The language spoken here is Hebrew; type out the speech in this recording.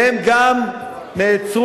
והם גם נעצרו,